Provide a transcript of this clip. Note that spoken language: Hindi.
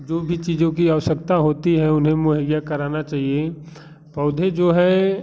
जो भी चीज़ों की आवश्यकता होती है उन्हें मुहैया कराना चाहिए पौधे जो है